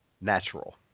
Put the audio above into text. natural